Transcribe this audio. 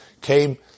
came